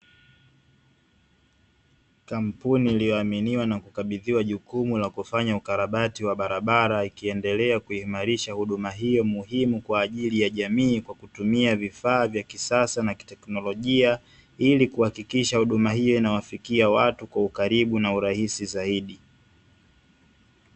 Kampuni iliyo aminiwa na kukabadhiwa jukumu la kufanya ukarabati wa barabara, ikiendelea kuhimarisha huduma hiyo muhimu kwa ajili ya jamii kwa kutumia vifaa vya kisasa na kitekinolojia ili kuhakikisha huduma hiyo inawafikia watu kwa ukaribu na urahisi zaidi.